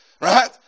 right